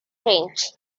french